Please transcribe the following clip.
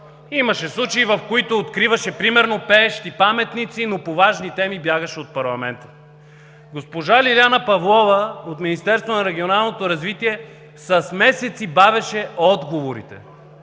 Имаше случаи, в които откриваше примерно пеещи паметници, но по важни теми бягаше от парламента. Госпожа Лиляна Павлова от Министерството